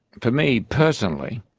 for me, personally,